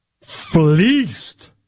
fleeced